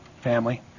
family